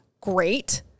great